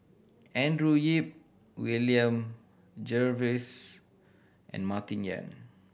Andrew Yip William Jervois and Martin Yan